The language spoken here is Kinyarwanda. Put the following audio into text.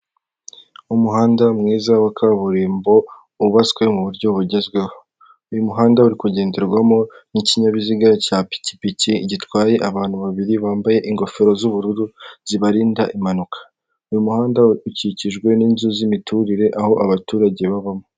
Umuhanda mwiza wa kaburimbo wubatswe mu buryo bugezweho, uyu muhanda uri kugenderwamo n'ikinyabiziga cya pikipiki gitwaye abantu babiri bambaye ingofero z'ubururu zibarinda impanuka. Uyu muhanda ukikijwe n'inzu z'imiturire aho abaturage babamo.